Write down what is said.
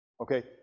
Okay